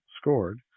scored